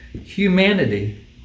humanity